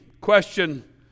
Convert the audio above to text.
question